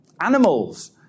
Animals